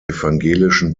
evangelischen